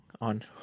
on